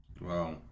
Wow